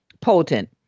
potent